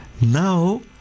now